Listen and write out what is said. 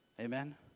Amen